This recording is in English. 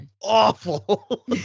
awful